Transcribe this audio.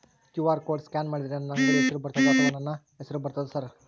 QR code scan ಮಾಡಿದರೆ ನನ್ನ ಅಂಗಡಿ ಹೆಸರು ಬರ್ತದೋ ಅಥವಾ ನನ್ನ ಹೆಸರು ಬರ್ತದ ಸರ್?